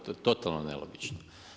To je totalno nelogično.